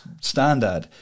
standard